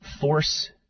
force